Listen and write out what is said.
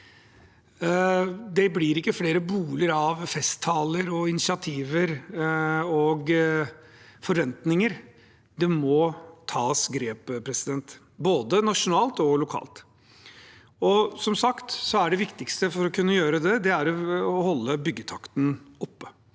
Det blir ikke flere boliger av festtaler, initiativer og forventninger. Det må tas grep, både nasjonalt og lokalt. Det viktigste for å kunne gjøre det er, som sagt, å holde byggetakten oppe.